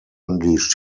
unleashed